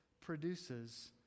produces